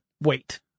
wait